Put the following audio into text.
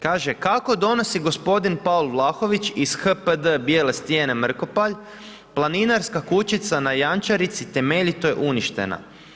Kaže, kako donosi gospodin Paul Vlahović iz HPD Bijele Stijene, Mrkopalj, planinarska kućica na Jančarici temeljito je uništena.